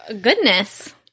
goodness